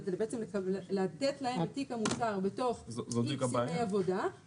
בעצם לתת להם את התיק המוצר בתוך תיק --- עבודה -- וזאת בדיוק הבעיה.